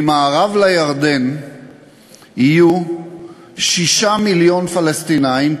ממערב לירדן יהיו 6 מיליון פלסטינים,